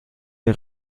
der